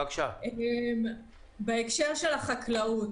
בהקשר של החקלאות.